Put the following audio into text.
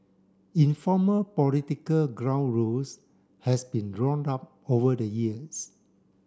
informal political ground rules has been drawn up over the years